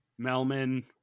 melman